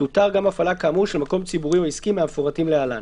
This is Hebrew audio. תותר גם הפעלה כאמור של מקום ציבורי או עסקי מהמפורטים להלן: